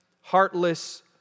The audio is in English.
heartless